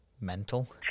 Mental